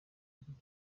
hashize